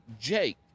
Jake